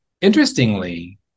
interestingly